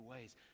ways